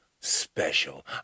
special